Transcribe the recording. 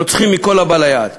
רוצחים מכל הבא ליד.